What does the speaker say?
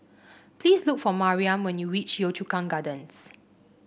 please look for Mariam when you reach Yio Chu Kang Gardens